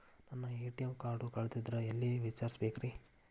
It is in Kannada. ನನ್ನ ಎ.ಟಿ.ಎಂ ಕಾರ್ಡು ಕಳದದ್ರಿ ಎಲ್ಲಿ ವಿಚಾರಿಸ್ಬೇಕ್ರಿ?